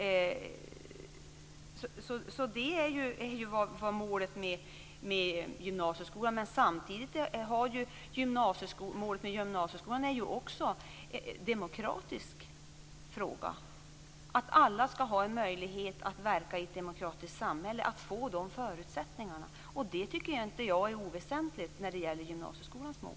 Det är gymnasieskolans mål. Det är också en demokratisk fråga att alla skall ha en möjlighet att verka i ett demokratiskt samhälle och få de förutsättningarna. Det tycker inte jag är oväsentligt när det gäller gymnasieskolans mål.